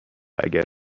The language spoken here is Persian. اگر